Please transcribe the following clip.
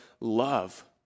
love